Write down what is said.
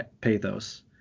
pathos